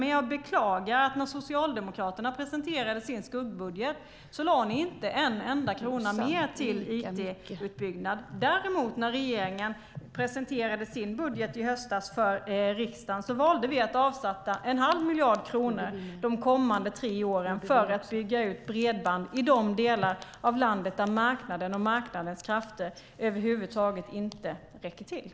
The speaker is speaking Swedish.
Men jag beklagar att när Socialdemokraterna presenterade sin skuggbudget lade ni inte en enda krona mer till it-utbyggnad. När däremot regeringen presenterade sin budget i höstas för riksdagen valde vi att avsätta en halv miljard kronor de kommande tre åren för att bygga ut bredband i de delar av landet där marknadens krafter över huvud taget inte räcker till.